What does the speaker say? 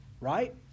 right